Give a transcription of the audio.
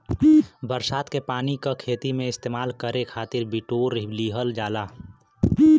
बरसात के पानी क खेती में इस्तेमाल करे खातिर बिटोर लिहल जाला